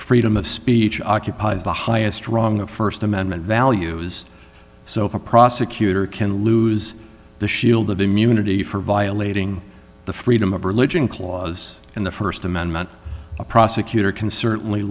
freedom of speech occupies the highest wrong of st amendment values so if a prosecutor can lose the shield of immunity for violating the freedom of religion clause in the st amendment a prosecutor can certainly